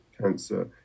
cancer